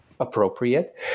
appropriate